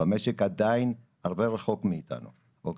והמשק עדיין רחוק מאיתנו בהרבה.